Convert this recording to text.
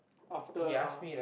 after ah